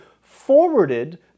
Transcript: forwarded